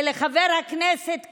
ולחבר הכנסת קרעי,